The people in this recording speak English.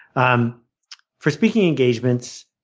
um for speaking engagements,